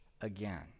again